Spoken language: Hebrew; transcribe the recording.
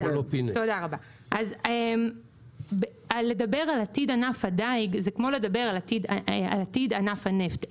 לדבר על עתיד ענף הדיג זה כמו לדבר על עתיד ענף הנפט.